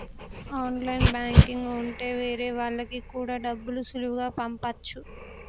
online banking ఉంటె వేరే వాళ్ళకి కూడా డబ్బులు సులువుగా పంపచ్చు